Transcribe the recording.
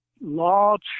large